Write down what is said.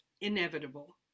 inevitable